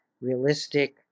realistic